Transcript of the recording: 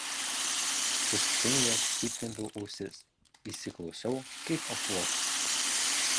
sustingęs įtempiau ausis įsiklausiau kaip apuokas